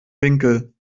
winkel